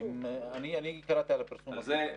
אני קראתי על הפרסום הזה.